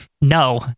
No